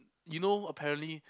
you know apparently